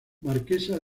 marquesa